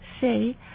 say